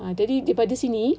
ah jadi daripada sini